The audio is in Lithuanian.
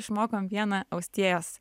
išmokom vieną austėjos